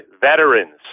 veterans